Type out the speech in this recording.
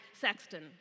Sexton